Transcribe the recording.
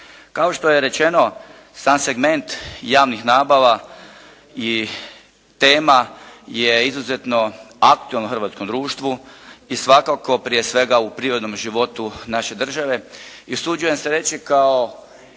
Kao što je rečeno sam segment javnih nabava i tema je izuzetno aktualna u hrvatskom društvu i svakako prije svega u privrednom životu naše države.